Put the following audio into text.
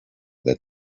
that